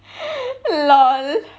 lol